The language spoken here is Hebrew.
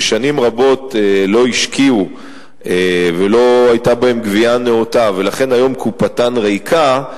ששנים רבות לא השקיעו ולא היתה בהן גבייה נאותה ולכן היום קופתן ריקה,